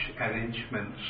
arrangements